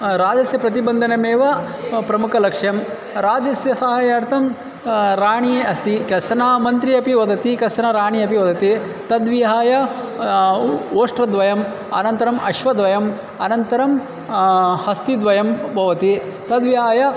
राजस्य प्रतिबन्धनमेव प्रमुखं लक्ष्यं राजस्य साहायार्थं राणी अस्ति कश्चन मन्त्रिः अपि वदति कश्चन राणी अपि वदति तद्विहाय ओष्टद्वयम् अनन्तरम् अश्वद्वयम् अनन्तरं हस्तिद्वयं भवति तद्विहाय